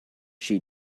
she